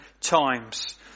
times